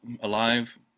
Alive